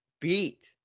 beat